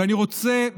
ואני רוצה,